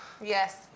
Yes